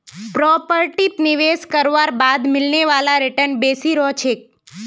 प्रॉपर्टीत निवेश करवार बाद मिलने वाला रीटर्न बेसी रह छेक